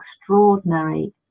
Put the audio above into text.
extraordinary